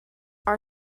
our